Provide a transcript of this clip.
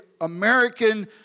American